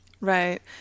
Right